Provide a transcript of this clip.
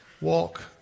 walk